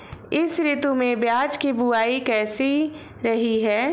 इस ऋतु में प्याज की बुआई कैसी रही है?